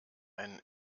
einen